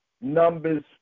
Numbers